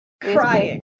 Crying